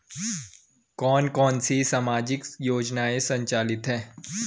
कौन कौनसी सामाजिक योजनाएँ संचालित है?